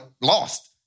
lost